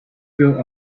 built